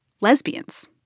lesbians